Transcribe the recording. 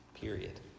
Period